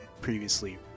previously